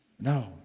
no